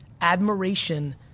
admiration